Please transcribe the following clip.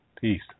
Peace